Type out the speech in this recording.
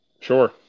Sure